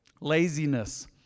Laziness